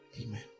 Amen